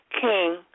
king